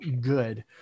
good